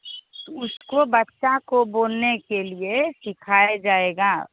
तो उसको बच्चे को बोलने के लिए सिखाया जाएगा